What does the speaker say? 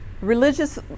Religious